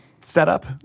setup